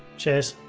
cheers.